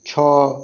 ଛଅ